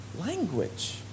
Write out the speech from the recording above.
language